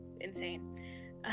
insane